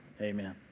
amen